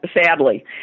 sadly